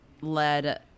led